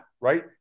right